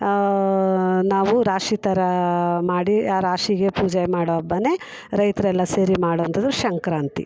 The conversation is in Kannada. ನಾವು ರಾಶಿ ಥರ ಮಾಡಿ ಆ ರಾಶಿಗೆ ಪೂಜೆ ಮಾಡೋ ಹಬ್ಬನೆ ರೈತರೆಲ್ಲ ಸೇರಿ ಮಾಡುವಂಥದ್ದು ಸಂಕ್ರಾಂತಿ